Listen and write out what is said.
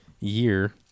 year